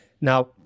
Now